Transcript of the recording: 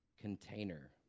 container